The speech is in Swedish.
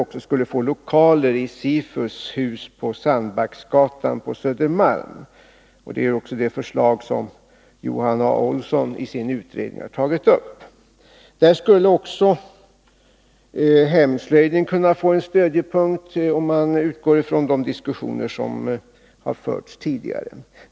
också skulle få lokaler i SIFU:s hus på Sandbacksgatan på Södermalm. Det är också det förslag som Johan A. Olsson i sin utredning har tagit upp. Där skulle också hemslöjden kunna få en stödjepunkt, om man utgår från de diskussioner som förts tidigare.